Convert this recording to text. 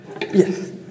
Yes